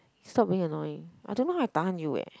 stop being annoying I don't know how I tahan you eh